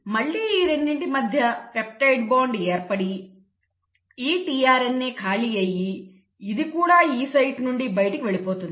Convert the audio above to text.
మళ్లీ ఈ రెండిటి మధ్య పెప్టైడ్ బంధం ఏర్పడి ఈ tRNA ఖాళీ అయి ఇది కూడా E సైట్ నుండి బయటకు వెళ్లిపోతుంది